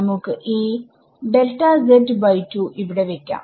നമുക്ക് ഈ ഇവിടെ വെക്കാം